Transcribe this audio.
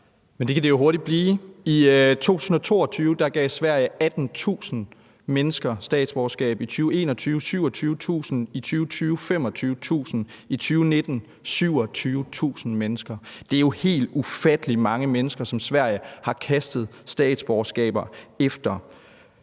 Men det kan det jo hurtigt blive. I 2022 gav Sverige 18.000 mennesker statsborgerskab, i 2021 27.000, i 2020 25.000, i 2019 27.000 mennesker. Det er jo helt ufattelig mange mennesker, som Sverige har kastet statsborgerskaber efter.